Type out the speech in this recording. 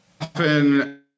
often